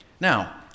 Now